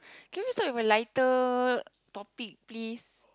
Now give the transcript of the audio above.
can we started with a lighter topic please